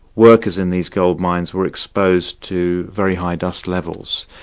workers in these gold mines were exposed to very high dust levels,